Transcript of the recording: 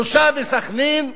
שלושה בסח'נין,